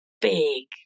big